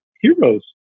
heroes